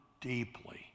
deeply